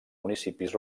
municipis